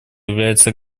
являются